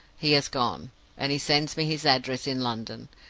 he has gone and he sends me his address in london.